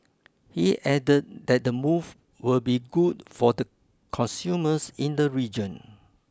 he added that the move will be good for the consumers in the region